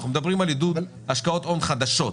אנחנו מדברים על עידוד השקעות הון חדשות.